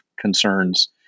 concerns